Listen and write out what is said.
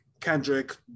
kendrick